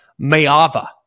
Mayava